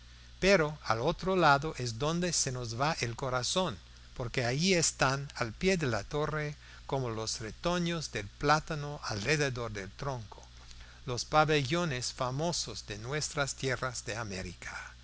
pero al otro lado es donde se nos va el corazón porque allí están al pie de la torre como los retoños del plátano alrededor del tronco los pabellones famosos de nuestras tierras de américa